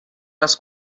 les